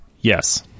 Yes